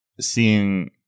seeing